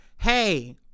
hey